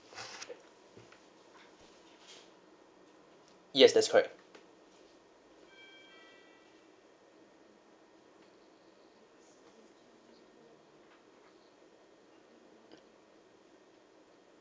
yes that's correct